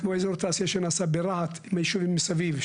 כמו אזור התעשייה שנעשה ברהט עם היישובים מסביב,